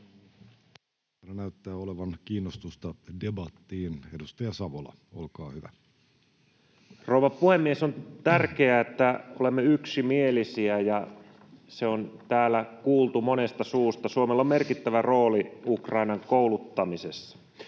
Näyttää olevan kiinnostusta debattiin. — Edustaja Savola, olkaa hyvä. Herra puhemies! On tärkeää, että olemme yksimielisiä, ja se on täällä kuultu monesta suusta. Suomella on merkittävä rooli Ukrainan kouluttamisessa.